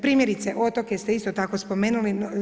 Primjerice, otoke ste isto tako spomenuli.